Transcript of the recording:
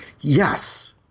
Yes